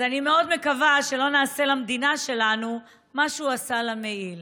אז אני מאוד מקווה שלא נעשה למדינה שלנו מה שהוא עשה למעיל.